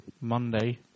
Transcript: Monday